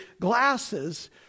glasses